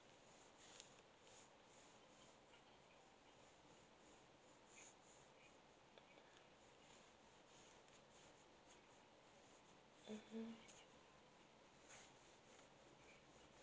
mmhmm